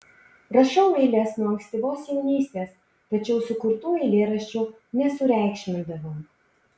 rašau eiles nuo ankstyvos jaunystės tačiau sukurtų eilėraščių nesureikšmindavau